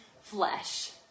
flesh